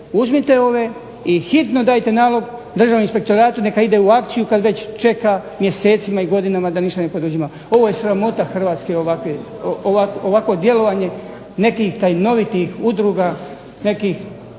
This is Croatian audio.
uzmite ove i hitno dajte nalog državnom inspektoratu da ide u akciju kada već čeka mjesecima i godinama da ništa ne poduzima. Ovo je sramota hrvatske ovakvog djelovanje nekih tajnovitih udruga, nekih